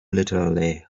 literally